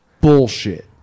Bullshit